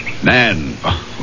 Man